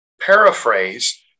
paraphrase